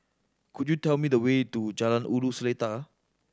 could you tell me the way to Jalan Ulu Seletar